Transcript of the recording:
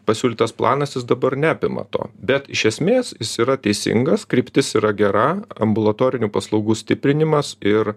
pasiūlytas planas jis dabar neapima to bet iš esmės jis yra teisingas kryptis yra gera ambulatorinių paslaugų stiprinimas ir